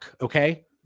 okay